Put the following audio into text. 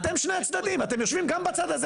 אתם שני הצדדים,